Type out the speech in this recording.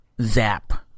zap